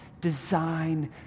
design